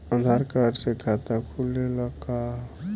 आधार card से खाता खुले ला का?